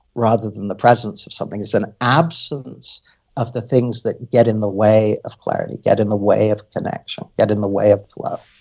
rather than the presence of something. it's an absence of the things that get in the way of clarity, get in the way of connection, get in the way of flow